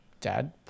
dad